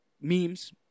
memes